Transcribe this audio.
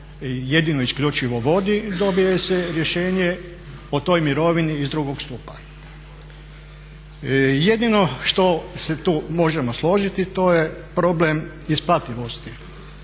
jedino isključivo vodi dobije se rješenje o toj mirovini iz drugog stupa. Jedino što se tu možemo složiti to je problem isplativosti